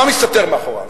מה מסתתר מאחוריו,